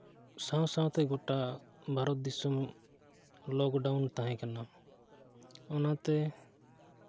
ᱥᱟᱶ ᱥᱟᱶᱛᱮ ᱜᱚᱴᱟ ᱵᱷᱟᱨᱚᱛ ᱫᱤᱥᱚᱢ ᱞᱚᱠᱰᱟᱣᱩᱱ ᱛᱟᱦᱮᱸᱠᱟᱱᱟ ᱚᱱᱟᱛᱮ